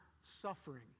suffering